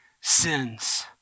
sins